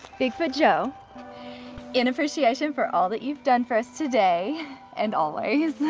bigfoot joe in appreciation for all that you've done for us today and always.